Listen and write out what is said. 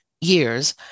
years